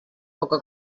poca